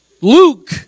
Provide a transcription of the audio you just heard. Luke